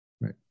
Right